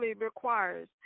requires